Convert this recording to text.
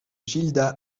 gilda